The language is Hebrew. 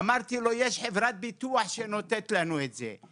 אמרתי לו, יש חברת ביטוח שנותנת לנו את זה.